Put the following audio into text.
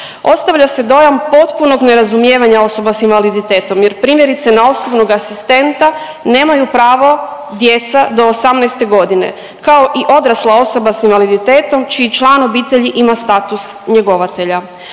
Ostavlja se dojam potpunog nerazumijevanja osoba s invaliditetom jer primjerice, na osobnog asistenta nemaju pravo djeca do 18. g., kao i odrasla osoba s invaliditetom čiji član obitelji ima status njegovatelja.